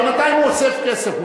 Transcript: בינתיים הוא אוסף כסף.